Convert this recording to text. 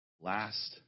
last